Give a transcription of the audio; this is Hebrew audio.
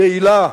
יעילה,